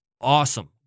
awesome